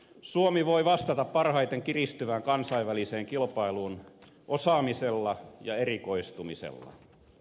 suomi voi vastata parhaiten kiristyvään kansainväliseen kilpailuun osaamisella ja erikoistumisella